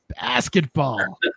basketball